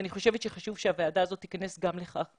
אני חושבת שחשוב שהוועדה הזאת תיכנס גם לנושא הזה.